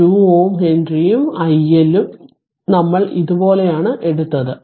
2 Ω ഹെൻറിയും iL ഉം നമ്മൾ ഇതുപോലെയാണ് എടുത്തത്